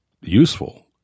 useful